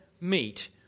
meet